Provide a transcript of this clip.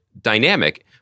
dynamic